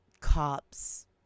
cops